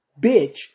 bitch